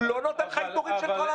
הוא לא נותן לך איתורים של כל האנשים.